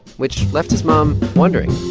which left his mom wondering,